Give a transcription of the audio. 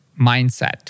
mindset